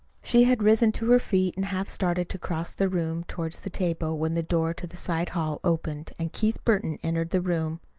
she had risen to her feet and half started to cross the room toward the table when the door to the side hall opened and keith burton entered the room.